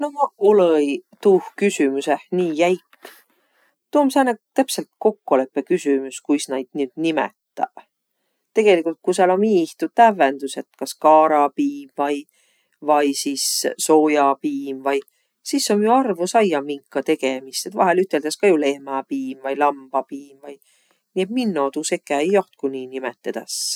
No maq olõ-i tuuh küsümüseh nii jäik. Tuu om sääne täpselt kokkoleppeküsümüs, kuis naid nüüd nimetäq. Tegeligult ku sääl om iih tuu tävvendüs, et kas kaarapiim vai vai sis sojapiim vai sis om ju arvo saiaq, minka tegemist. Et vahel üteldäs ka ju lehmäpiim vai lambapiim vai. Nii et minno tuu sekä-eiq joht, ku nii nimetedäs.